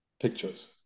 pictures